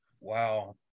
Wow